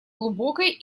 глубокой